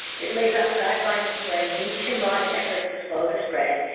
it lays out guidelines for a nationwide effort to slow the spread,